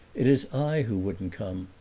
it is i who wouldn't come.